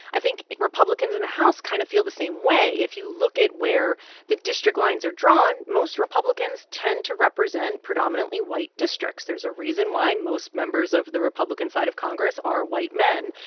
i think republicans in the house kind of feel the same way if you look at where the district lines are drawn, most republicans tend to represent predominantly white districts. there's a reason why most members of the republican side of congress are white men.